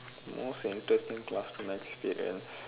most interesting classroom experience